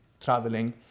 traveling